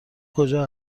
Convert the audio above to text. کجا